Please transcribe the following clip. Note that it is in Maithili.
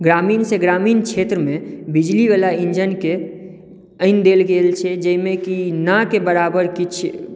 ग्रामीणसँ ग्रामीण क्षेत्रमे बिजलीवला इन्जनकेँ आनि देल गेल छै जाहिमे कि ना के बराबर किछु